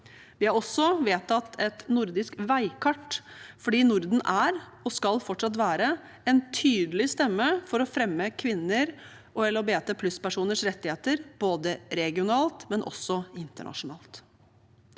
Vi har også vedtatt et nordisk veikart fordi Norden er, og fortsatt skal være, en tydelig stemme for å fremme kvinners og LHBT+-personers rettigheter, både regionalt og internasjonalt.